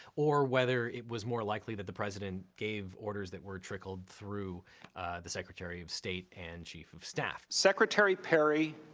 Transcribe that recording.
or whether it was more likely that the president gave orders that were trickled through the secretary of state and chief of staff. secretary perry,